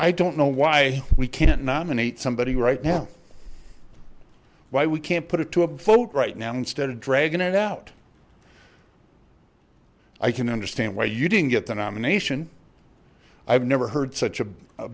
i don't know why we can't nominate somebody right now why we can't put it to a vote right now instead of dragging it out i can understand why you didn't get the nomination i've never heard such a